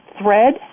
thread